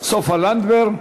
סופה לנדבר.